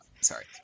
Sorry